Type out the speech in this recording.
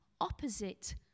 opposite